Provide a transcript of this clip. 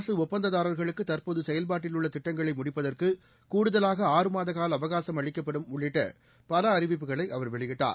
அரசு ஒப்பந்ததாரா்களுக்கு தற்போது செயல்பாட்டில் உள்ள திட்டங்களை முடிப்பதற்கு கூடுதலாக ஆறு மாத கால அவகாசம் அளிக்கப்படும் உள்ளிட்ட பல அறிவிப்புகளை அவர் வெளியிட்டார்